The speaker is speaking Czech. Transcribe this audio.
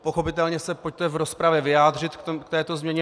Pochopitelně se pojďte v rozpravě vyjádřit k této změně.